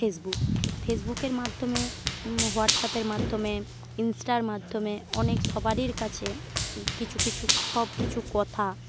Facebook ফেসবুকের মাধ্যমে হোয়াটস আপের মাধ্যমে ইনস্টার মাধ্যমে অনেক সবারের কাছে কিছু কিছু সবকিছু কথা